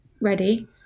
ready